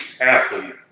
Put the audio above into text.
athlete